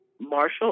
Marshall